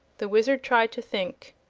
the wizard tried to think.